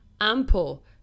ample